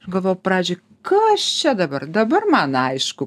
gal pradžiai kas čia dabar dabar man aišku